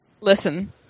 Listen